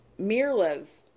Mirla's